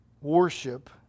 worship